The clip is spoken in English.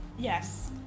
Yes